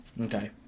Okay